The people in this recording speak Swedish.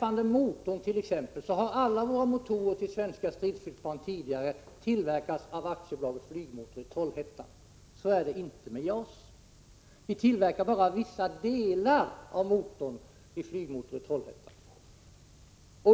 Alla motorer till svenska stridsflygplan har tidigare tillverkats av AB Flygmotor i Trollhättan. Så är det inte när det gäller JAS. Vi tillverkar bara vissa delar av motorn vid Flygmotor i Trollhättan.